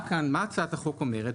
מה הצעת החוק כאן אומרת?